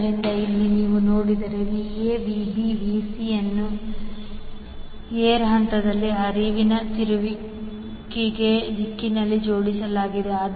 ಆದ್ದರಿಂದ ಇಲ್ಲಿ ನೀವು ನೋಡಿದರೆ VaVbVc ಅನ್ನು ಏರ್ ಅಂತರದ ಹರಿವಿನ ತಿರುಗುವಿಕೆಯ ದಿಕ್ಕಿನಲ್ಲಿ ಜೋಡಿಸಲಾಗಿದೆ